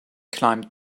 climbed